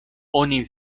oni